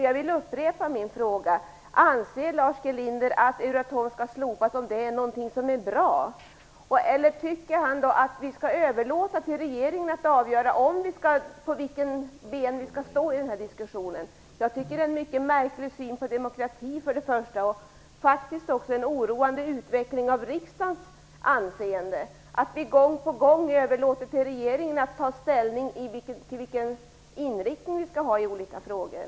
Jag vill upprepa min fråga: Anser Lars G Linder att Euratom skall slopas om det är någonting som är bra, eller tycker han att vi skall överlåta på regeringen att avgöra på vilket ben vi skall stå i den här diskussionen? Jag tycker att det är en mycket märklig syn på demokrati och faktiskt också en oroande utveckling av riksdagens anseende, att vi gång på gång överlåter på regeringen att ta ställning till vilken inriktning vi skall ha i olika frågor.